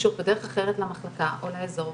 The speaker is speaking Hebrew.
שקשור בדרך אחרת למחלקה או לאזור,